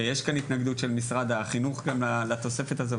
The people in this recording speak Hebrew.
יש התנגדות של משרד החינוך לתוספת הזו,